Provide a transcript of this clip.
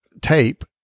tape